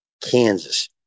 Kansas